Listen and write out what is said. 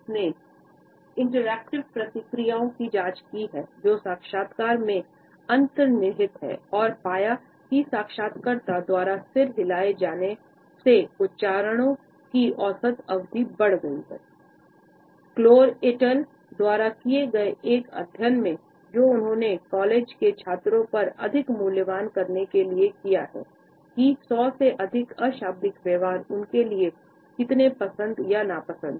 ने इंटरेक्टिव प्रक्रियाओं की जांच की है जो साक्षात्कारों में अंतर्निहित हैं और क्लोरे द्वारा किए गए एक अध्ययन में जो उन्होंने कॉलेज के छात्रों पर अधिक मूल्यांकन करने के लिए किया है की सौ से अधिक अशाब्दिक व्यवहार उनके लिए कितने पसंद या नापसंद हैं